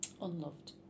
unloved